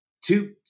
two